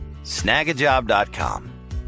snagajob.com